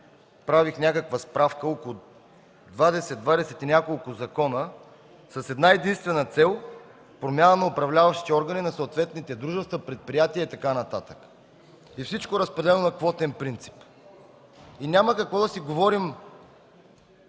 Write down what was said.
справка, около двадесет, двадесет и няколко закона с една-единствена цел – промяна на управляващите органи на съответните дружества, предприятия и така нататък. И всичко разпределено на квотен принцип. И няма какво да си говорим